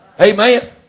Amen